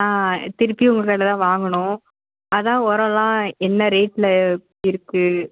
ஆ திருப்பியும் உங்கள் கடையில் தான் வாங்கணும் அதான் உரம்லாம் என்ன ரேட்டில் இருக்கு